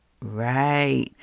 Right